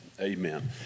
amen